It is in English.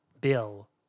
bill